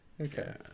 Okay